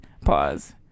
Pause